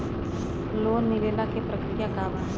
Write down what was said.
Loan मिलेला के प्रक्रिया का बा?